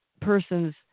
persons